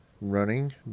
Running